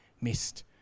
missed